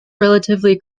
relatively